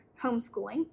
homeschooling